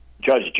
judge